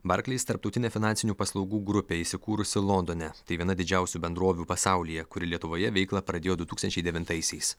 barkleis tarptautinė finansinių paslaugų grupė įsikūrusi londone tai viena didžiausių bendrovių pasaulyje kuri lietuvoje veiklą pradėjo du tūkstančiai devintaisiais